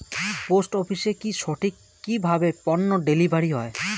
Post অফিসে কি সঠিক কিভাবে পন্য ডেলিভারি হয়?